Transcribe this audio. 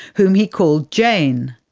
whom he called jane.